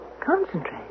Concentrate